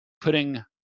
putting